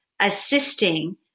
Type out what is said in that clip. assisting